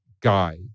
Guy